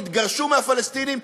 תתגרשו מהפלסטינים,